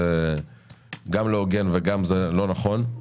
זה גם לא הוגן וגם זה לא נכון,